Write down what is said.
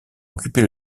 occuper